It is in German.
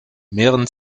mehren